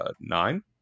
nine